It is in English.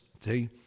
see